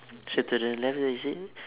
so to the left then she say